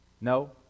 No